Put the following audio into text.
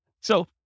So-